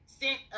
sent